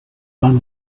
fan